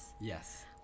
Yes